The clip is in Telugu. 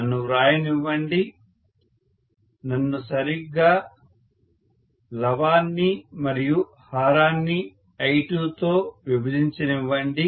నన్ను వ్రాయనివ్వండి నన్ను సరిగ్గా లవాన్ని మరియు హారాన్ని I2తో విభజించనివ్వండి